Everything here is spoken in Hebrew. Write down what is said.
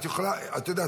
את יודעת,